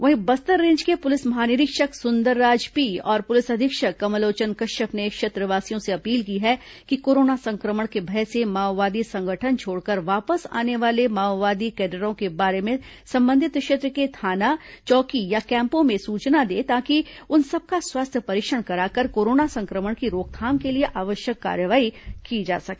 वहीं बस्तर रेंज के पुलिस महानिरीक्षक सुंदरराज पी और पुलिस अधीक्षक कमलोचन कश्यप ने क्षेत्रवासियों से अपील की है कि कोरोना संक्रमण के भय से माओवादी संगठन छोड़कर वापस आने वाले माओवादी कैडरों के बारे में संबंधित क्षेत्र के थाना चौकी या कैंपों में सूचना दे ताकि उन सबका स्वास्थ्य परीक्षण कराकर कोरोना संक्रमण की रोकथाम के लिए आवश्यक कार्रवाई की जा सके